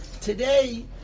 Today